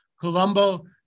Colombo